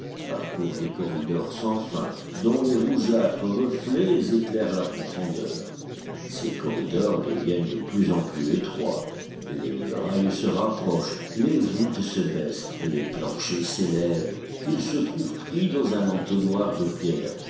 parcourt des corridors sans fin dont les rougeâtres reflets éclairent la profondeur ces corridors deviennent de plus en plus étroits les murailles se rapprochent les voûtes se baissent les planchers s'élèvent il se trouve pris dans un entonnoir de pierre